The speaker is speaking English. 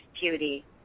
beauty